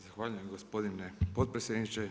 Zahvaljujem gospodine potpredsjedniče.